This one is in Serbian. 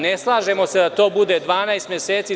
Ne slažemo se da to bude 12 meseci.